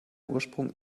ursprung